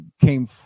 came